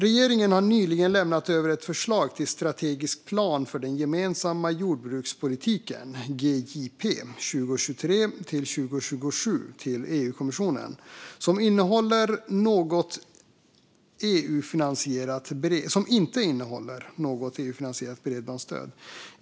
Regeringen har nyligen lämnat över ett förslag till strategisk plan för den gemensamma jordbrukspolitiken, GJP, 2023-2027 till EU-kommissionen, som inte innehåller något EU-finansierat bredbandsstöd.